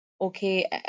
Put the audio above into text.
Okay